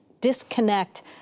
disconnect